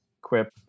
quip